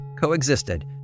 coexisted